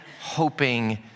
hoping